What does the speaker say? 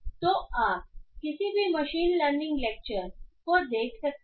तो आप किसी भी मशीन लर्निंग लेक्चर को देख सकते हैं